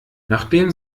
nachdem